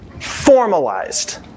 formalized